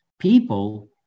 people